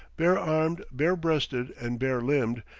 bare-armed, bare-breasted, and bare-limbed,